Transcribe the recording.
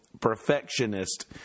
perfectionist